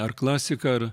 ar klasika ar